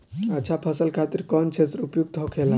अच्छा फसल खातिर कौन क्षेत्र उपयुक्त होखेला?